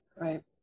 right